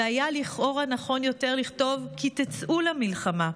והיה לכאורה נכון יותר לכתוב "כי תצאו למלחמה".